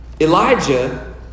Elijah